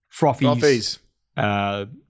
froffies